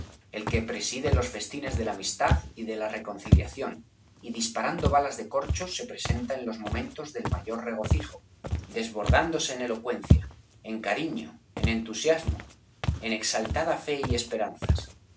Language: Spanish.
el que preside los festines de la amistad y de la reconciliación y disparando balas de corcho se presenta en los momentos del mayor regocijo b pérez galdós desbordándose en elocuencia en cariño en entusiasmo en exaltada fe y esperanzas